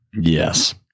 Yes